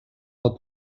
del